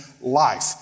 life